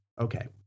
Okay